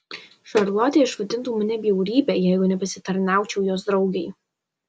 šarlotė išvadintų mane bjaurybe jeigu nepasitarnaučiau jos draugei